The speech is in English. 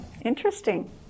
Interesting